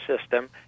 system